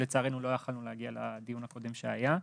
לצערנו, לא יכולנו להגיע לדיון הקודם שהיה.